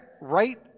right